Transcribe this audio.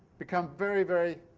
become very, very